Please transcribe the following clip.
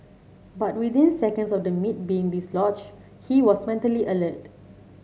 but within seconds of the meat being dislodged he was mentally alert